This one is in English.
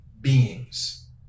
beings